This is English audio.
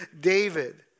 David